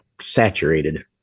saturated